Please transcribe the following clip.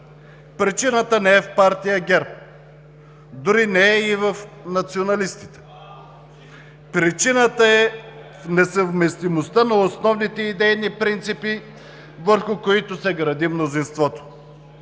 Причината не е в партия ГЕРБ, дори не е и в националистите. Причината е в несъвместимостта на основните идейни принципи, върху които се гради мнозинството.